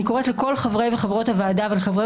אני קוראת לכל חברי וחברות הוועדה ולחברי